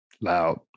loud